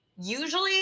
usually